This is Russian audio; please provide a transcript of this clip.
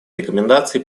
рекомендации